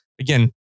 Again